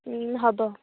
হ'ব